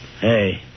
Hey